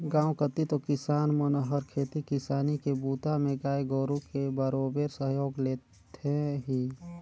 गांव कति तो किसान मन हर खेती किसानी के बूता में गाय गोरु के बरोबेर सहयोग लेथें ही